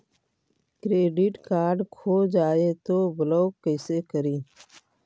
Credit card खो जाए तो ब्लॉक कैसे करी?